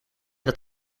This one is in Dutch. dat